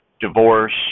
divorce